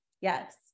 Yes